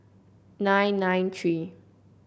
nine nine three